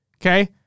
Okay